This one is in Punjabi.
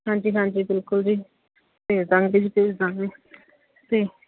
ਹਾਂਜੀ ਹਾਂਜੀ ਬਿਲਕੁਲ ਜੀ ਭੇਜ ਦਾਂਗੀ ਜੀ ਭੇਜ ਦਾਂਗੀ ਜੀ